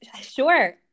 Sure